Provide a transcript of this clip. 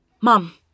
Mom